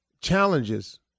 Challenges